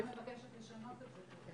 הממשלה מבקשת לשנות את זה.